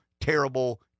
terrible